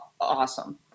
awesome